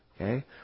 okay